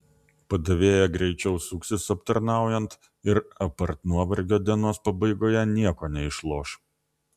padavėja greičiau suksis aptarnaujant ir apart nuovargio dienos pabaigoje nieko neišloš